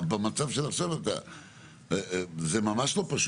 המקומות האלה הם ממש צריכים,